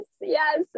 Yes